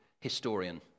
historian